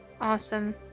Awesome